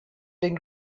den